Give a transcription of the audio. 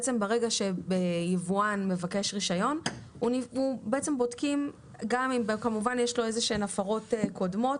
בעצם ברגע שיבואן מבקש רישיון בודקים אם יש לו הפרות קודמות.